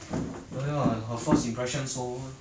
oh ya her first impression so